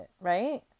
right